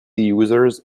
users